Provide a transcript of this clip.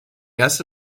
erste